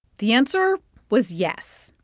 the answer was yes,